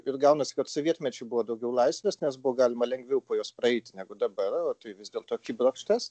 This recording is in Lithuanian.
ir gaunasi kad sovietmečiu buvo daugiau laisvės nes buvo galima lengviau po juos praeiti negu dabar o tai vis dėlto akibrokštas